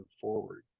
forward